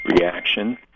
reaction